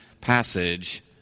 passage